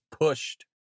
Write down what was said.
pushed